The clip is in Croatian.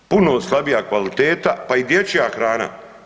Puno slabija kvaliteta pa i dječja hrana.